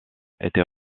était